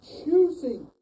choosing